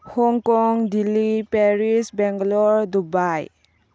Hong Kong Delhi Paris Bangalore Dubai